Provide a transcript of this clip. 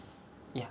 ya